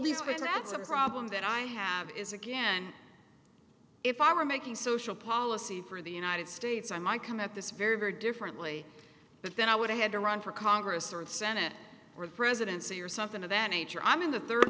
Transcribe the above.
a problem that i have is again if i were making social policy for the united states i might come at this very very differently but then i would have had to run for congress or the senate or the presidency or something of that nature i'm in the third